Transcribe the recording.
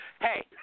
Hey